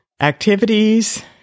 activities